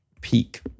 peak